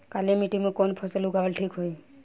काली मिट्टी में कवन फसल उगावल ठीक होई?